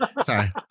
Sorry